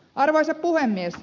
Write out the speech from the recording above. arvoisa puhemies